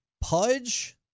Pudge